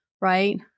right